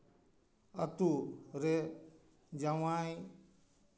ᱟᱹᱛᱩ ᱨᱮ ᱡᱟᱶᱟᱭ